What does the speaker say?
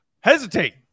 hesitate